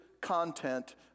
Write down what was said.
content